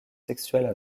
sexuelles